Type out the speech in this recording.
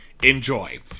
enjoy